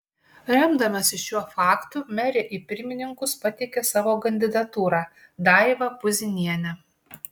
remdamasi šiuo faktu merė į pirmininkus pateikė savo kandidatūrą daivą puzinienę